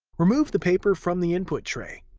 remove the paper from the input tray.